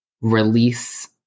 release